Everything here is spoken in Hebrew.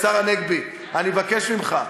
אני מבקש ממך.